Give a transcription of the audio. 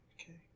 okay